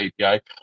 API